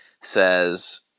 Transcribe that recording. says